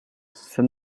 for